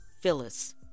Phyllis